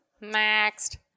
Next